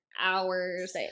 hours